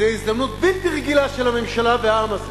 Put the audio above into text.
זאת הזדמנות בלתי רגילה של הממשלה והעם הזה